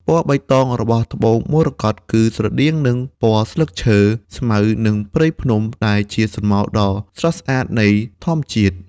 ពណ៌បៃតងរបស់ត្បូងមរកតគឺស្រដៀងនឹងពណ៌ស្លឹកឈើ ស្មៅ និងព្រៃភ្នំ ដែលជាស្រមោលដ៏ស្រស់ស្អាតនៃធម្មជាតិ។